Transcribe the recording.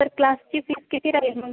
sir क्लासची fees किती राहील मग